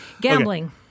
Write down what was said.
Gambling